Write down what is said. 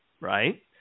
right